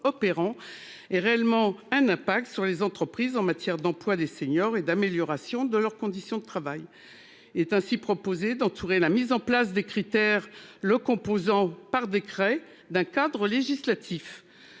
opérant est réellement un impact sur les entreprises en matière d'emploi des seniors et d'amélioration de leurs conditions de travail. Est ainsi proposé d'entourer la mise en place des critères le composant par décret d'un cadre législatif.